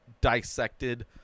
dissected